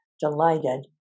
delighted